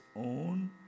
own